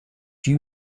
you